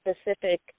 specific